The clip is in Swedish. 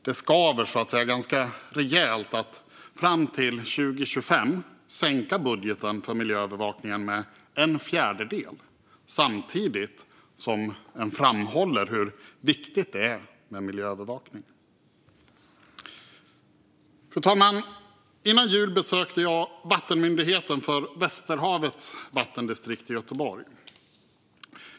Det skaver så att säga ganska rejält att fram till 2025 sänka budgeten för miljöövervakningen med en fjärdedel samtidigt som en framhåller hur viktigt det är med miljöövervakning. Fru talman! Före jul besökte jag vattenmyndigheten för Västerhavets vattendistrikt i Göteborg.